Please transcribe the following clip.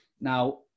Now